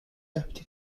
deputy